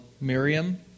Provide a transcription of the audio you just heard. Miriam